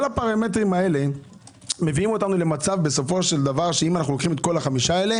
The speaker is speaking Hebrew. כל הפרמטרים האלה מביאים אותנו למצב שאם אנחנו לוקחים את כל החמישה האלה